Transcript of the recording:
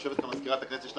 יושבת פה מזכירת הכנסת שיש לה